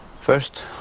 First